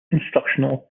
instructional